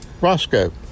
Roscoe